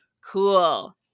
cool